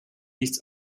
nichts